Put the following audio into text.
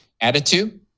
attitude